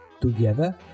Together